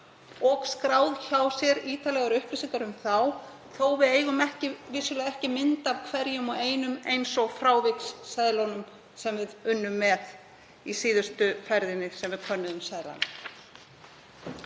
og skráð hjá sér ítarlegar upplýsingar um þá þó að við eigum vissulega ekki mynd af hverjum og einum eins og fráviksseðlunum sem við unnum með í síðustu ferðinni sem við könnuðum seðlana.